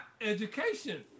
education